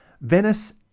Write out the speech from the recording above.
Venice